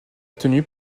détenu